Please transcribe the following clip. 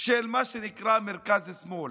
של מה שנקרא מרכז-שמאל.